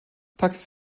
taxis